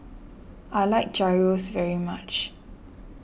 I like Gyros very much